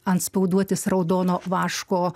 antspauduotis raudono vaško